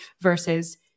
versus